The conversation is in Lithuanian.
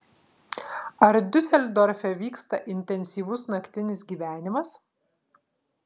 ar diuseldorfe vyksta intensyvus naktinis gyvenimas